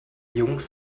jungs